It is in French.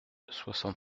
soixante